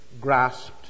grasped